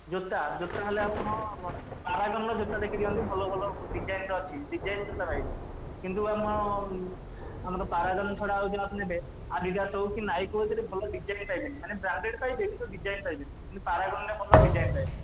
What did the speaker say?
ଜୋତା ଜୋତା ହେଲେ ଆପଣ ପରାଗନ୍ର ଜୋତା ଦେଖିଦିଅନ୍ତୁ ଭଲ ଭଲ ଡିଜାଇନ୍ର ଅଛି ଡିଜାଇନ୍ କରାହେଇଛି କିନ୍ତୁ ଆମ ଆମର ପରାଗନ୍ ଛଡ଼ା ଆଉ ଯାହାକୁ ନେବେ ଆଡ଼ିଡାସ୍ ହେଉ କି ନାଇକ୍ ହଉ ଭଲ ଡିଜାଇନ୍ ପାଇବେନି ମାନେ ବ୍ରାଣ୍ଡେଡ଼୍ ପାଇବେ କିନ୍ତୁ ଡିଜାଇନ୍ ପାଇବେନି କିନ୍ତୁ ପାରାଗନ୍ରେ ଭଲ ଡିଜାଇନ୍ ପାଇବେ